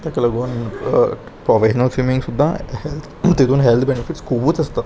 ताका लागून professional swimming सुद्दां हेल्थ तितून हेल्थ बेनिफिट्स खुबूच आसता